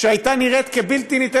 אלא כאדם שנראה כמוני,